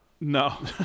No